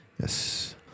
Yes